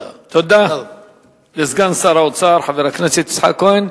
תודה לסגן שר האוצר, חבר הכנסת יצחק כהן.